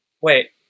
wait